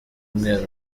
umweru